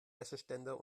wäscheständer